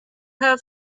have